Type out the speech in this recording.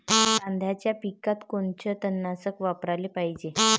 कांद्याच्या पिकात कोनचं तननाशक वापराले पायजे?